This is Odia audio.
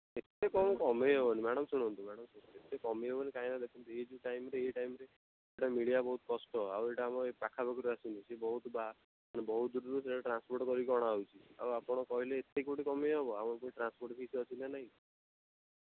ଏତେ କମ୍ କମାଇ ହେବନି ମାଡ଼ାମ୍ ଶୁଣନ୍ତୁ ମାଡ଼ାମ୍ ଶୁଣନ୍ତୁ ଏତେ କମ୍ କମାଇ ହେବନି କାହିଁକିନା ଦେଖନ୍ତୁ ଇଏ ଯେଉଁ ଟାଇମ୍ରେ ଇଏ ଟାଇମ୍ରେ ଏଇଟା ମିଳିବା ବହୁତ କଷ୍ଟ ଆଉ ଏଇଟା ଆମ ଏ ପାଖ ପାଖିରୁ ଆସୁନି ସେ ବହୁତ ବା ବହୁତ ଦୂରରୁ ସେଇଟା ଟ୍ରାନ୍ସପୋର୍ଟ୍ କରିକି ଆଣାହେଉଛି ଆଉ ଆପଣ କହିଲେ ଏତେ କେଉଁଠି କମାଇ ହେବ ଆମର ପୁଣି ଟ୍ରାନ୍ସପୋର୍ଟ୍ ଫିସ୍ ଅଛି ନା ନାହିଁ